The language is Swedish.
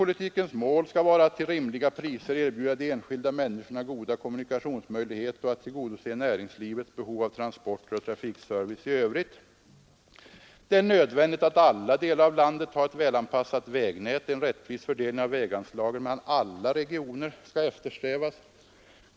——— Målsättningen för trafikpolitiken skall vara att till rimliga priser erbjuda de enskilda människorna goda kommunikationsmöjligheter och att tillgodose näringslivets behov av transporter och trafikservice i övrigt. ——— Det är därför nödvändigt att alla delar av landet har ett väl anpassat vägnät. —— En rättvis fördelning av väganslagen mellan alla regioner skall eftersträvas.